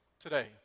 today